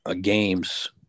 games